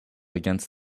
against